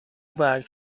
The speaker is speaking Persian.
برگ